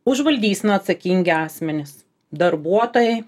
užvaldys na atsakingi asmenys darbuotojai